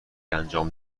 انجام